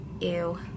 Ew